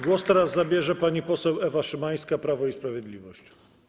Głos zabierze pani poseł Ewa Szymańska, Prawo i Sprawiedliwość.